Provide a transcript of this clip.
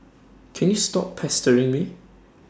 can you stop pestering me